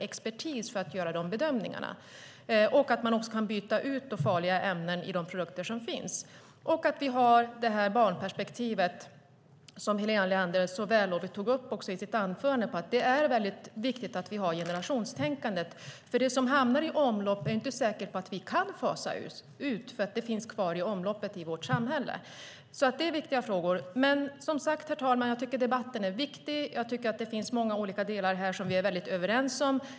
För att göra dessa bedömningar behöver vi våra myndigheter och en expertis så att farliga ämnen i produkter kan bytas ut. Vi har också detta barnperspektiv, som Helena Leander så vällovligt tog upp i sitt anförande. Det är viktigt att vi har ett generationstänkande eftersom det inte är säkert att vi kan fasa ut det som finns kvar i omlopp i vårt samhälle. Det är alltså viktiga frågor. Herr talman! Jag tycker alltså att debatten är viktig. Det finns många olika delar som vi är överens om.